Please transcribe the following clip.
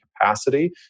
capacity